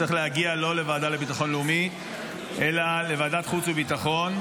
צריך להגיע לא לוועדה לביטחון לאומי אלא לוועדת חוץ וביטחון.